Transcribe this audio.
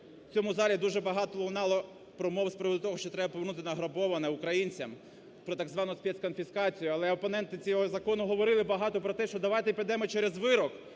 у цьому залі дуже багато лунало промов з приводу того, що треба повернути награбоване українцям, про так звану спецконфіскацію, але опоненти цього закону говорили багато про те, що давайте підемо через вирок